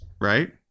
Right